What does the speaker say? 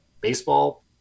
baseball